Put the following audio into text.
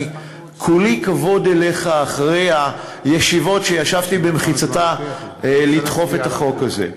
כולי כבוד אליך אחרי הישיבות שישבתי במחיצתך כדי לדחוף את החוק הזה.